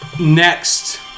Next